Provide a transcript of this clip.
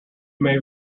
may